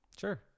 Sure